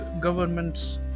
government's